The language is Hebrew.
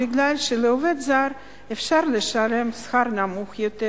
מפני שלעובד זר אפשר לשלם שכר נמוך יותר,